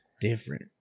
different